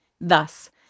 Thus